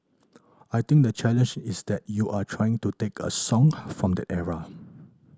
I think the challenge is that you are trying to take a song from that era